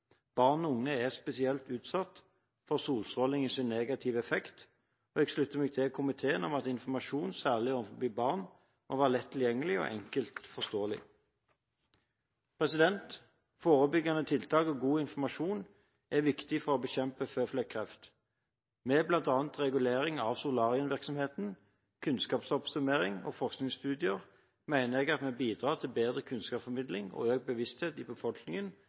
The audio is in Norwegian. Barn og unge er spesielt utsatt for solstrålingens negative effekt, og jeg slutter meg til komiteen, at særlig informasjon overfor barn må være lett tilgjengelig og enkelt forståelig. Forebyggende tiltak og god informasjon er viktig for å bekjempe føflekkreft. Med bl.a. regulering av solarievirksomheten, kunnskapsoppsummering og forskningsstudier mener jeg at vi bidrar til bedre kunnskapsformidling og økt bevissthet i befolkningen,